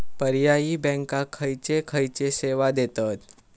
पर्यायी बँका खयचे खयचे सेवा देतत?